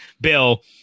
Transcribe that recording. Bill